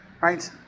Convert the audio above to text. Right